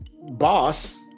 boss